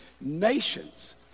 nations